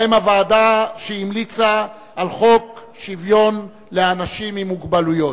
בהן הוועדה שהמליצה על חוק שוויון לאנשים עם מוגבלויות.